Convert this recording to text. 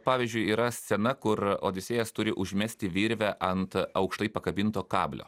pavyzdžiui yra scena kur odisėjas turi užmesti virvę ant aukštai pakabinto kablio